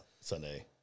Sunday